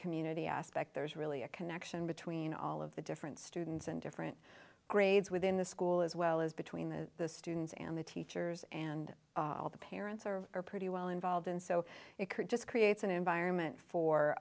community aspect there is really a connection between all of the different students and different grades within the school as well as between the students and the teachers and all the parents are are pretty well involved and so it just creates an environment for